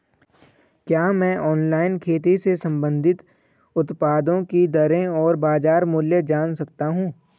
क्या मैं ऑनलाइन खेती से संबंधित उत्पादों की दरें और बाज़ार मूल्य जान सकता हूँ?